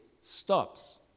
stops